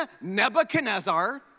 Nebuchadnezzar